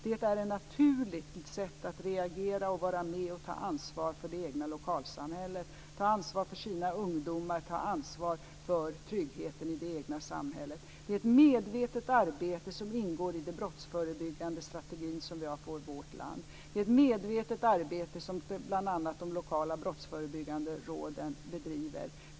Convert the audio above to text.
Det är ett naturligt sätt reagera och vara med och ta ansvar för det egna lokalsamhället, att ta ansvar för sina egna ungdomar och att ta ansvar för tryggheten i det egna samhället. Det är ett medvetet arbete som ingår i den brottsförebyggande strategin i vårt land. Det är ett medvetet arbete som bl.a. de lokala brottsförebyggande råden bedriver.